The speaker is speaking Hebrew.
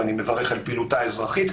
ואני מברך על פעילותה האזרחית,